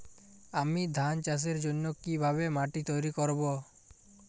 আমি ধান চাষের জন্য কি ভাবে মাটি তৈরী করব?